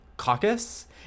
caucus